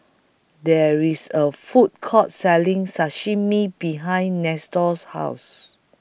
There IS A Food Court Selling Sashimi behind Nestor's House